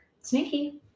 Sneaky